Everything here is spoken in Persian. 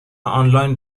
آنلاین